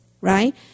right